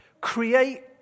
Create